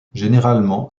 généralement